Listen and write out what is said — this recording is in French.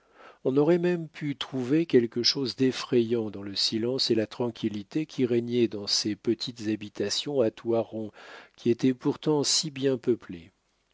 on aurait même pu trouver quelque chose d'effrayant dans le silence et la tranquillité qui régnait dans ces petites habitations à toits ronds qui étaient pourtant si bien peuplées